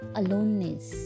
aloneness